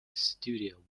studio